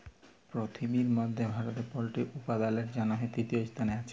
পিরথিবির মধ্যে ভারতে পল্ট্রি উপাদালের জনহে তৃতীয় স্থালে আসে